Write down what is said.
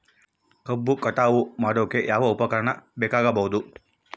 ಕಬ್ಬು ಕಟಾವು ಮಾಡೋಕೆ ಯಾವ ಉಪಕರಣ ಬೇಕಾಗಬಹುದು?